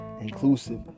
inclusive